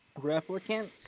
replicants